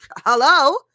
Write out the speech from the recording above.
hello